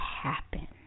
happen